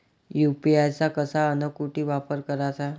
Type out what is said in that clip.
UPI चा कसा अन कुटी वापर कराचा?